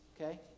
Okay